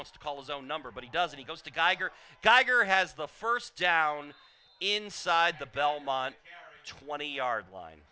must call is own number but he doesn't he goes to geiger geiger has the first down inside the belmont twenty yard line